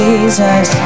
Jesus